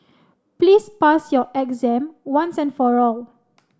please pass your exam once and for all